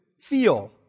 feel